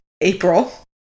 April